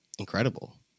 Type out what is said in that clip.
Incredible